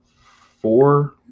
four